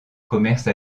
commerce